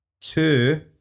two